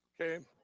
Okay